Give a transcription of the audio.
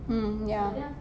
mm ya